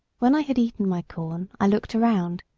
when i had eaten my corn i looked round.